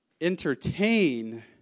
entertain